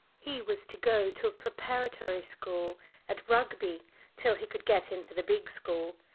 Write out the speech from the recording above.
he was to go to a preparatory school at rugby till he could get into the big school.